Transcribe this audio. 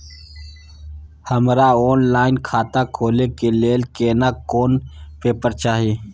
हमरा ऑनलाइन खाता खोले के लेल केना कोन पेपर चाही?